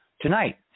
tonight